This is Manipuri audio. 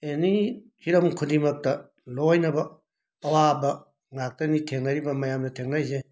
ꯑꯦꯅꯤ ꯍꯤꯔꯝ ꯈꯨꯗꯤꯡꯃꯛꯇ ꯂꯣꯏꯅꯕ ꯑꯋꯥꯕ ꯉꯥꯛꯇꯅꯤ ꯊꯦꯡꯅꯔꯤꯕ ꯃꯌꯥꯝꯅ ꯊꯦꯡꯅꯔꯤꯁꯦ